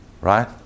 right